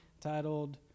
titled